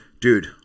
Dude